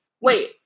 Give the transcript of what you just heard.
Wait